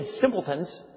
simpletons